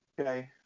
okay